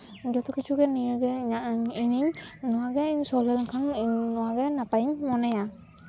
ᱡᱚᱛᱚ ᱠᱤᱪᱷᱩ ᱜᱮ ᱱᱤᱭᱟᱹᱜᱮ ᱤᱧᱤᱧ ᱱᱚᱣᱟᱜᱮ ᱥᱚᱦᱞᱮ ᱞᱮᱱᱠᱷᱟᱱ ᱱᱚᱣᱟᱜᱮ ᱱᱟᱯᱟᱭᱤᱧ ᱢᱚᱱᱮᱭᱟ